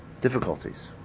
difficulties